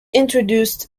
introduced